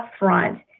upfront